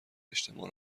اجتماع